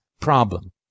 problem